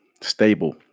Stable